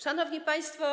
Szanowni Państwo!